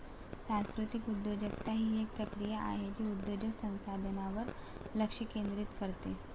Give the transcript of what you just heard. सांस्कृतिक उद्योजकता ही एक प्रक्रिया आहे जे उद्योजक संसाधनांवर लक्ष केंद्रित करते